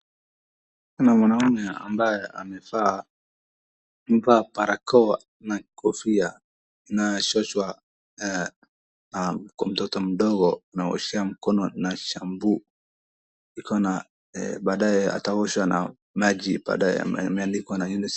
Kuna mwanaume ambaye amevaa barakoa na kofia na kwa mtoto mdogo anaoshea mkono na shampoo ikona na baadae ataosha na maji kwa tangi imeandikwa UNICEF.